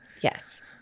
Yes